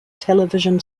television